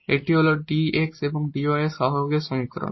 এটি হল dx এবং dy এর সহগের সমীকরণ